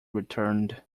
returned